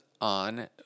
on